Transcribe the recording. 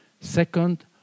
second